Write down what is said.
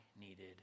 needed